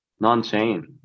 Non-chain